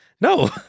No